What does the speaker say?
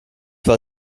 war